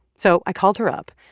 so i called her up,